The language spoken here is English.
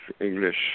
English